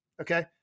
okay